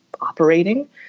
operating